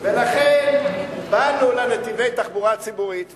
לכן באנו לנתיבי תחבורה ציבורית ואמרנו: